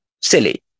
silly